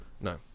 No